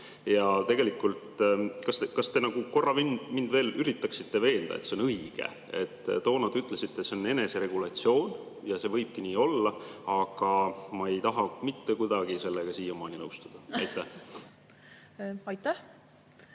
tasandil. Kas te korra veel üritaksite mind veenda, et see on õige? Toona te ütlesite, see on eneseregulatsioon. Ja see võibki nii olla. Aga ma ei taha mitte kuidagi sellega siiamaani nõustuda. Aitäh!